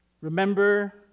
remember